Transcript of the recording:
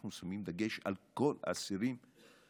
אנחנו שמים דגש על כל האסירים שמשתחררים.